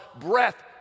breath